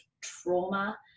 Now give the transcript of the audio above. trauma